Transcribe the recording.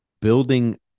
building